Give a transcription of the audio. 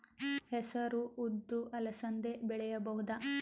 ಹೆಸರು ಉದ್ದು ಅಲಸಂದೆ ಬೆಳೆಯಬಹುದಾ?